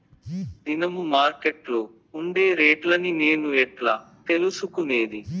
దినము మార్కెట్లో ఉండే రేట్లని నేను ఎట్లా తెలుసుకునేది?